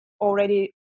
already